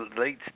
late